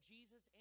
Jesus